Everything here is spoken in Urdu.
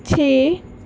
چھ